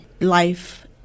life